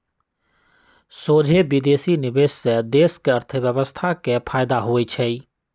सोझे विदेशी निवेश से देश के अर्थव्यवस्था के फयदा होइ छइ